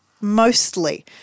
mostly